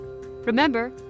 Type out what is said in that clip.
Remember